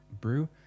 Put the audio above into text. brew